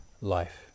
life